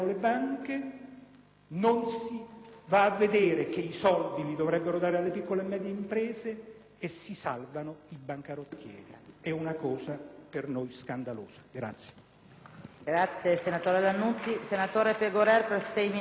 non si va a vedere che i soldi li dovrebbero dare alle piccole e medie imprese, e si salvano i bancarottieri. È una cosa per noi scandalosa.